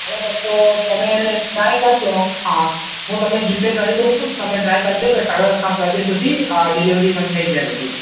બરાબર તો તમે ટ્રાય કરજો હા હું તમને જી પે કરી દઉં છું અને તમે ટ્રાય કરજો કે સાડા સાત વાગ્યા સુધી ડિલીવરી મને થઇ જાય બધું